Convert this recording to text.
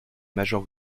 major